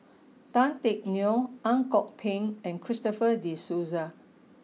Tan Teck Neo Ang Kok Peng and Christopher De Souza